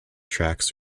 tracks